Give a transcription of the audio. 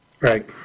Right